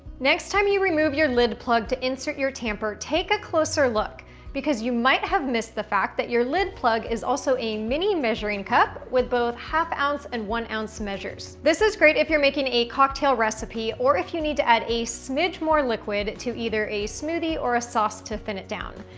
next time you remove your lid plug to insert your tamper take a closer look because you might have missed the fact that your lid plug is also a mini measuring cup with both half ounce and one ounce measures. this is great if you're making a cocktail recipe or if you need to add a smidge more liquid to either a smoothie or a sauce to thin it down.